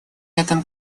этом